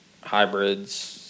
hybrids